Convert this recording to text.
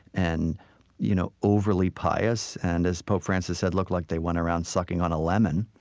and you know overly pious, and as pope francis said, look like they went around sucking on a lemon,